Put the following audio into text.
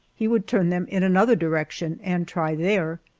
he would turn them in another direction and try there.